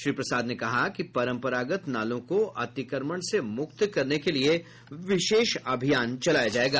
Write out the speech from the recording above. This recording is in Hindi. श्री प्रसाद ने कहा कि परंपरागत नालों को अतिक्रमण से मुक्त करने के लिए विशेष अभियान चलाया जायेगा